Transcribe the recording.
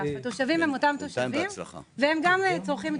התושבים הם אותם תושבים והם גם צורכים את